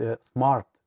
smart